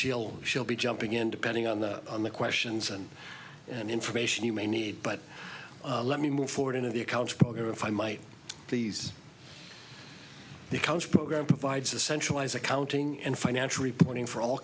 she'll she'll be jumping in depending on the on the questions and and information you may need but let me move forward into the accounts program if i might these the college program provides a centralized accounting and financial reporting for all